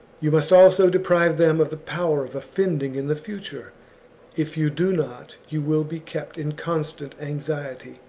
you must also, deprive them of the power of offending in the future if you do not, you will be kept in constant anxiety,